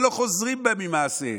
ולא חוזרים בהם ממעשיהם.